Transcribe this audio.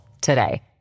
today